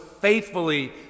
faithfully